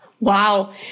Wow